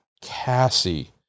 Cassie